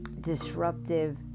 disruptive